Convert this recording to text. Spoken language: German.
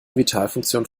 vitalfunktionen